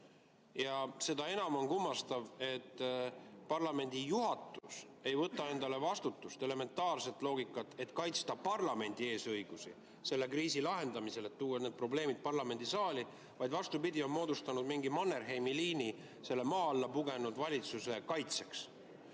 Seda enam on kummastav, et parlamendi juhatus ei võta endale vastutust ega [järgi] elementaarset loogikat, et kaitsta parlamendi eesõigusi selle kriisi lahendamisel, tuua need probleemid parlamendisaali, vaid vastupidi, on moodustanud mingi Mannerheimi liini selle maa alla pugenud valitsuse kaitseks.